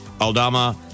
Aldama